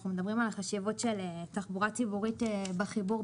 אנחנו מדברים על החשיבות של תחבורה ציבורית בין